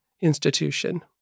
institution